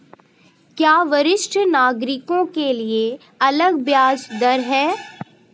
क्या वरिष्ठ नागरिकों के लिए अलग ब्याज दर है?